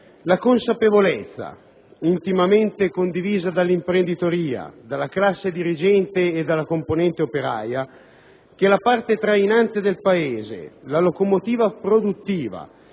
la consapevolezza, intimamente condivisa dall'imprenditoria, dalla classe dirigente e dalla componente operaia, che la parte trainante del Paese, la locomotiva produttiva,